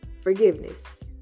forgiveness